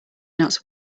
nuts